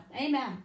Amen